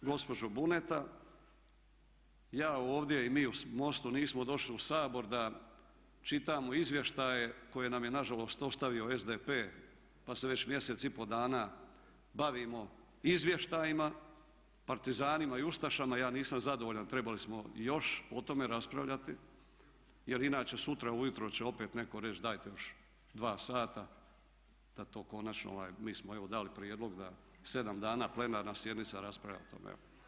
Gospođo Buneta, ja ovdje i mi u MOST-u nismo došli u Sabor da čitamo izvještaje koje nam je nažalost ostavio SDP pa se već mjesec i pol dana bavimo izvještajima, partizanima i ustašama, ja nisam zadovoljan, trebali smo još o tome raspravljati jer inače sutra ujutro će opet netko reći dajte još dva sata da to konačno, mi smo evo dali prijedlog da sedam dana plenarna sjednica raspravlja o tome.